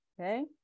okay